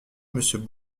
monsieur